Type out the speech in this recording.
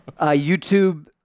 YouTube